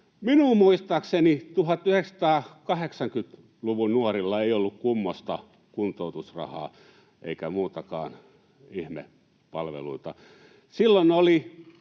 Minun muistaakseni 1980-luvun nuorilla ei ollut kummoista kuntoutusrahaa eikä muitakaan ihme palveluita.